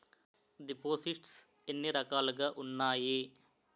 దిపోసిస్ట్స్ ఎన్ని రకాలుగా ఉన్నాయి?